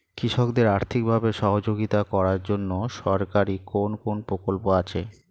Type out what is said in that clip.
কৃষকদের আর্থিকভাবে সহযোগিতা করার জন্য সরকারি কোন কোন প্রকল্প আছে?